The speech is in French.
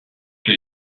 que